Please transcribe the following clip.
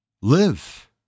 live